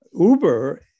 Uber